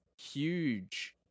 huge